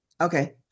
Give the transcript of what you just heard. Okay